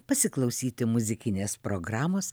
pasiklausyti muzikinės programos